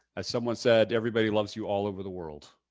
as someone said, everybody loves you all over the world.